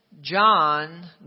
John